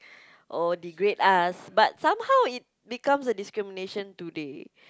oh degrade us but somehow it becomes a discrimination today